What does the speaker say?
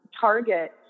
Target